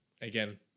again